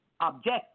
object